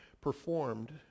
performed